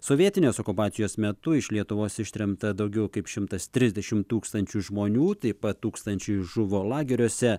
sovietinės okupacijos metu iš lietuvos ištremta daugiau kaip šimtas trisdešim tūkstančių žmonių taip pat tūkstančiai žuvo lageriuose